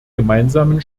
gemeinsamen